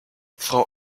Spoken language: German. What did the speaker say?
frau